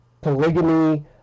polygamy